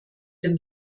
dem